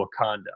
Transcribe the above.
Wakanda